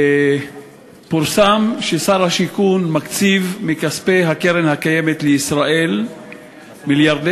פורסם ששר השיכון מקציב מכספי קרן קיימת לישראל מיליארדי